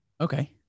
Okay